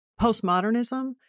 postmodernism